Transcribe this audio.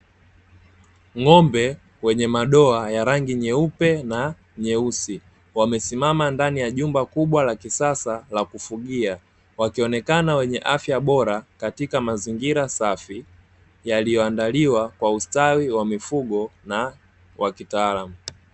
Ng'ombe wenye madoa ya rangi nyeupe na nyeusi, wamesimama ndani ya jumba kubwa la kisasa la kufugia, wakionekana wenye afya bora katika mazingira safi, yaliyoandaliwa kwa ustawi wa mifugo na wa kitaalamu.